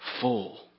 full